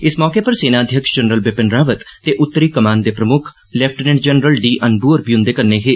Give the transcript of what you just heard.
इस मौके पर सेना अध्यक्ष जनरल बिपिन रावत ते उत्तरी कमान दे प्रमुक्ख लेफ्टिनेंट जरनल डी अन्बू होर बी उन्दे कन्नै हे